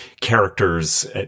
characters